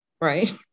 right